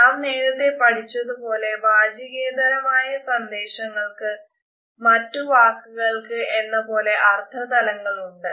നാം നേരത്തെ പഠിച്ചത് പോലെ വാചികേതരമായ സന്ദേശങ്ങൾക്ക് മറ്റു വാക്കുകൾക്ക് എന്ന പോലെ അർത്ഥതലങ്ങൾ ഉണ്ട്